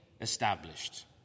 established